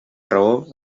raó